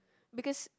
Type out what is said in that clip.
because